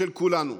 חובתנו, של כולנו.